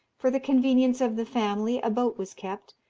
for the convenience of the family a boat was kept,